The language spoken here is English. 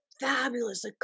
fabulous